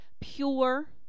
pure